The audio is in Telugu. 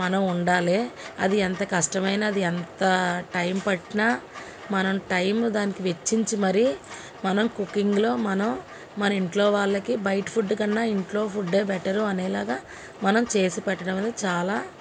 మనం ఉండాలి అది ఎంత కష్టమైన అది ఎంత టైం పట్టినా మనం టైం దానికి వెచ్చించి మరీ మనం కుకింగ్లో మనం మన ఇంట్లో వాళ్ళకి బయట ఫుడ్ కన్నా ఇంట్లో ఫుడ్డే బెటరు అనేలాగా మనము చేసి పెట్టడం అనేది చాలా